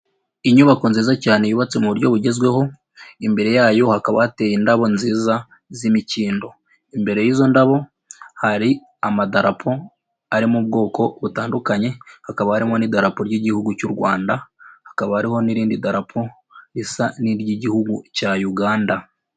Inyubako nziza cyane yubatse mu buryo bugezweho, imbere yayo hakaba hateye indabo nziza z'imikindo. Imbere y'izo ndabo hari amadarapo ari mu bwoko butandukanye, hakaba harimo n'idarapo ry'Igihugu cy'u Rwanda. Hakaba ariho n'irindi darapo risa n'iry'igihugu cya Uganda.